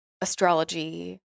astrology